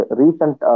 recent